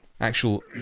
actual